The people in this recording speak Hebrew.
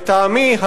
לטעמי,